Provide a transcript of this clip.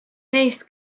neist